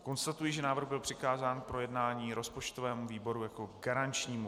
Konstatuji, že návrh byl přikázán k projednání rozpočtovému výboru jako garančnímu.